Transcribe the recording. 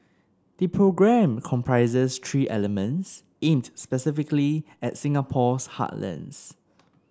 the programme comprises three elements aimed specifically at Singapore's heartlands